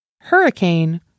hurricane